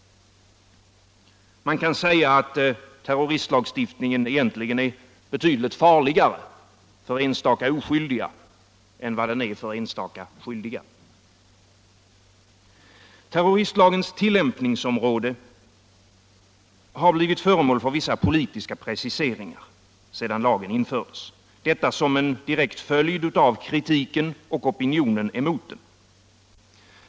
Man kan säga att terroristlagstiftningen egentligen är betydligt farligare för enstaka oskyldiga än för enstaka skyldiga. Terroristlagens tillämpningsområde har blivit föremål för vissa politiska preciseringar sedan lagen infördes, detta som en direkt följd av kritiken och opinionen emot den.